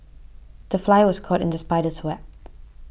the fly was caught in the spider's web